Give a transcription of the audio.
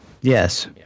Yes